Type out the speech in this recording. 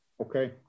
Okay